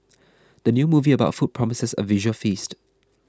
the new movie about food promises a visual feast